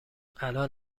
الان